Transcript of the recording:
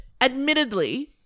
Admittedly